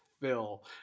Phil